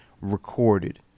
recorded